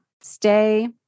stay